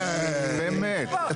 באמת?